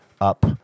up